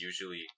usually